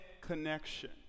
connection